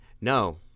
No